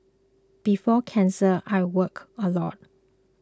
before cancer I worked a lot